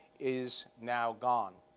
is now gone.